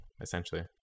essentially